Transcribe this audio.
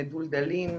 מדולדלים.